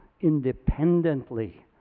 independently